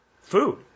food